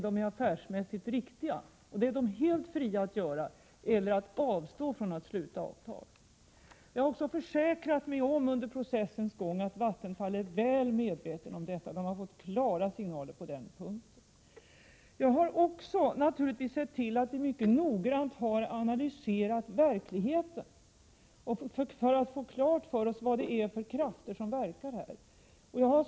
Det står alltså Vattenfall helt fritt att sluta avtal eller att avstå från att sluta avtal. Under processens gång har jag också försäkrat mig om att man inom Vattenfall är väl medveten om detta. Man har fått klara signaler på denna punkt. Naturligtvis har jag också sett till att vi mycket noggrant har analyserat verkligheten för att få klart för oss vilka krafter som här är verksamma.